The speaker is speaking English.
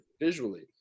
visually